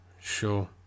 Sure